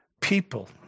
people